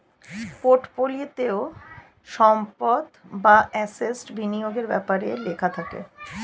পোর্টফোলিওতে সম্পদ বা অ্যাসেট বিনিয়োগের ব্যাপারে লেখা থাকে